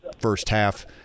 first-half